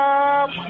up